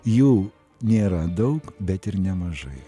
jų nėra daug bet ir nemažai